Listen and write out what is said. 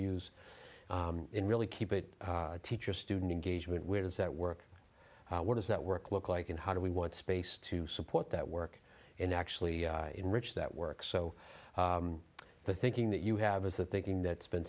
use really keep it teacher student engagement where does that work what does that work look like and how do we want space to support that work and actually enrich that work so the thinking that you have is the thinking that's been